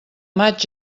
maig